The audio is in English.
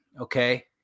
Okay